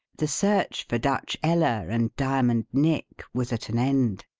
the search for dutch ella and diamond nick was at an end.